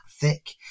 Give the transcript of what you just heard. thick